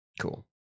Cool